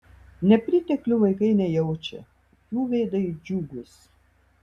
nepriteklių vaikai nejaučia jų veidai džiugūs